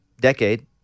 decade